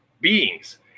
beings